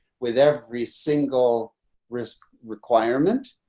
with every single risk requirement.